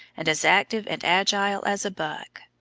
and as active and agile as a buck.